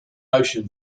ocean